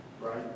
Right